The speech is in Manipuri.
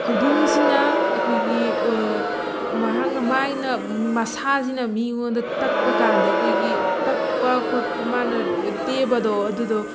ꯍꯧꯗꯣꯡꯁꯤꯅ ꯑꯩꯈꯣꯏꯒꯤ ꯃꯍꯥꯛꯅ ꯃꯥꯏꯅ ꯃꯁꯥꯁꯤꯅ ꯃꯤꯉꯣꯟꯗ ꯇꯛꯄ ꯀꯥꯟꯗ ꯑꯩꯈꯣꯏꯒꯤ ꯇꯛꯄ ꯈꯣꯠꯄ ꯃꯥꯅ ꯇꯦꯕꯗꯣ ꯑꯗꯨꯗꯣ